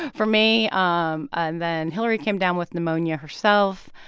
for me. um and then hillary came down with pneumonia herself.